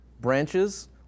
Branches